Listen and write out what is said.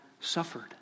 suffered